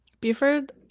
Buford